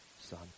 son